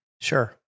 Sure